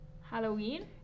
Halloween